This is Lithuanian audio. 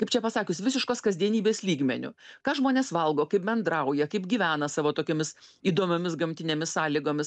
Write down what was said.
kaip čia pasakius visiškos kasdienybės lygmeniu ką žmonės valgo kaip bendrauja kaip gyvena savo tokiomis įdomiomis gamtinėmis sąlygomis